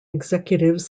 executives